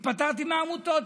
התפטרתי מהעמותות.